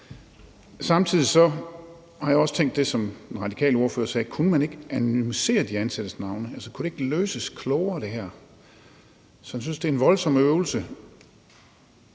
Samtidig har jeg også tænkt det, som den radikale ordfører sagde: Kunne man ikke anonymisere de ansattes navne? Altså, kunne det her ikke løses klogere? Så jeg synes, det er en voldsom øvelse.